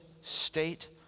state